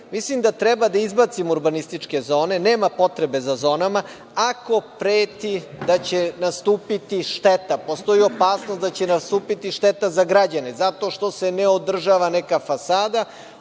Mislim da treba da izbacimo urbanističke zone, nema potrebe za zonama, ako preti da će nastupiti šteta. Postoji opasnost da će nastupiti šteta za građane zato što se ne održava neka fasada,